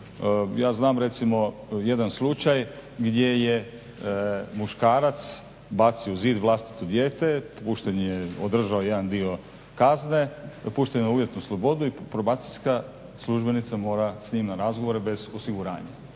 ja znam recimo jedan slučaj gdje je muškarac bacio u zid vlastito dijete, održao je jedan dio kazne, pušten je na uvjetnu slobodu i probacijska službenica mora s njim na razgovor bez osiguranja.